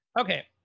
Okay